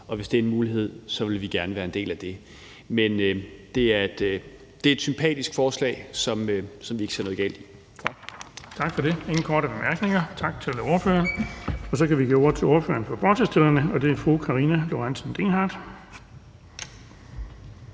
Og hvis det er en mulighed, vil vi gerne være en del af det. Det er et sympatisk forslag, som vi ikke ser noget galt i. Tak. Kl. 15:14 Den fg. formand (Erling Bonnesen): Der er ingen korte bemærkninger. Tak til ordføreren. Så kan vi give ordet til ordføreren for forslagsstillerne, og det er fru Karina Lorentzen Dehnhardt.